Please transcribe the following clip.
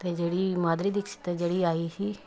ਅਤੇ ਜਿਹੜੀ ਮਾਧੁਰੀ ਦਿਕਸ਼ਿਤ ਜਿਹੜੀ ਆਈ ਸੀ